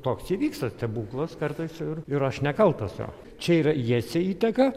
toks įvyksta stebuklas kartais ir ir aš nekaltas jo čia yra jiesia įteka